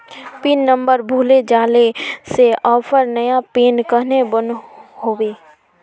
Pin number भूले जाले से ऑफर नया पिन कन्हे बनो होबे?